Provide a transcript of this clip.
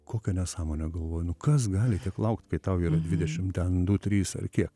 kokia nesąmonė galvoju nu kas gali tiek laukt kai tau yra dvidešim ten du trys ar kiek